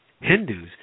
Hindus